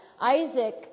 Isaac